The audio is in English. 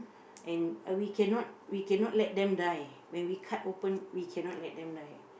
and we cannot we cannot let them die when we cut open we cannot let them die